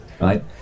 right